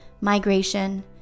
migration